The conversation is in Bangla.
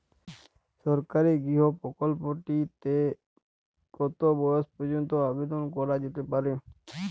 সরকারি গৃহ প্রকল্পটি তে কত বয়স পর্যন্ত আবেদন করা যেতে পারে?